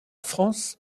france